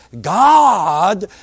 God